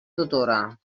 tutora